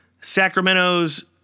Sacramento's